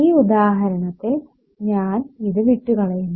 ഈ ഉദാഹരണത്തിൽ ഞാൻ ഇത് വിട്ടുകളയുന്നു